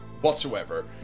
whatsoever